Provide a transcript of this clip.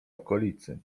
okolicy